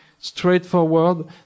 straightforward